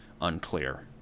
unclear